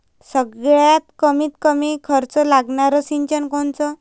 सगळ्यात कमीत कमी खर्च लागनारं सिंचन कोनचं?